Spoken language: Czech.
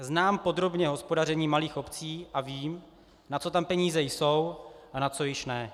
Znám podrobně hospodaření malých obcí a vím, na co tam peníze jsou a na co již ne.